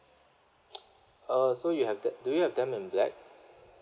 uh so you have the do you have them in black